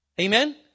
Amen